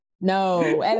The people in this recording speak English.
No